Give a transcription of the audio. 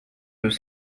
deux